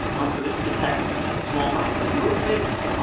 um so, this detects small amount of movement.